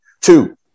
Two